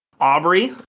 aubrey